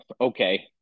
okay